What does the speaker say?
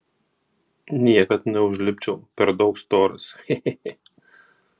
niekad neužlipčiau per daug storas che che che